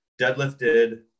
Deadlifted